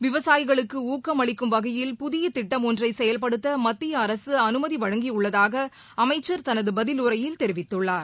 விவசாயிகளுக்கு ஊக்கம் அளிக்கும் வகையில் புதிய திட்டம் ஒன்றை செயல்படுத்த மத்திய அரசு அனுமதி வழங்கியுள்ளதாக அமைச்சர் தனது பதிலுரையில் தெரிவித்துள்ளார்